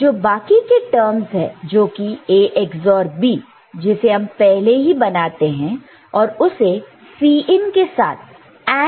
जो बाकी के टर्मस है जोकि A XOR B जिसे हम पहले ही बनाते हैं और उसे Cin के साथ AND करते हैं